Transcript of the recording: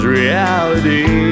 reality